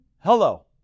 Hello